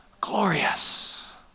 glorious